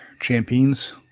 Champions